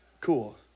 cool